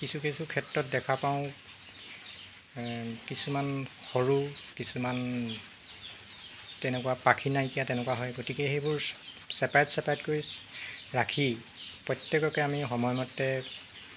কিছু কিছু ক্ষেত্ৰত দেখা পাওঁ কিছুমান সৰু কিছুমান তেনেকুৱা পাখি নাইকিয়া তেনেকুৱা হয় গতিকে সেইবোৰ ছেপাৰেট ছেপাৰেট কৰি ৰাখি প্ৰত্যেককে আমি সময়মতে